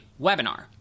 webinar